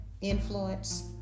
influence